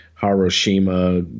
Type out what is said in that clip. Hiroshima